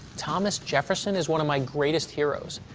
thomas jefferson is one of my greatest heroes.